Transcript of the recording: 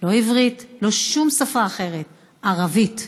לא עברית, לא שום שפה אחרת, ערבית.